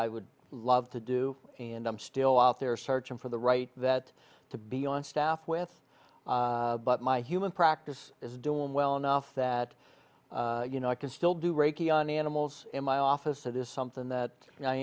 i would love to do and i'm still out there searching for the right that to be on staff with but my human practice is doing well enough that you know i can still do reiki on animals in my office so there's something that i